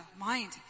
mind